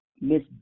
Miss